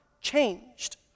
changed